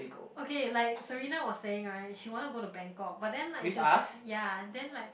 okay like Serena was saying right she want to go to bangkok but then like she was say ya then like